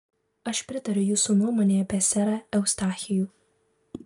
aš pritariu jūsų nuomonei apie serą eustachijų